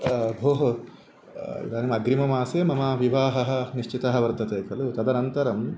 भोः इदानीम् अग्रिममासे मम विवाहः निश्चितः वर्तते खलु तदनन्तरं